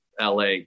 LA